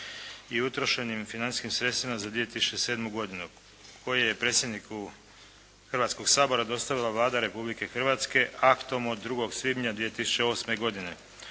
i utrošenim financijskim sredstvima za 2007. godinu koji je predsjedniku Hrvatskoga sabora dostavila Vlada Republike Hrvatske aktom od 2. svibnja 2008. godine.